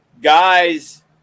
guys